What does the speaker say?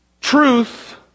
truth